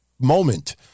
moment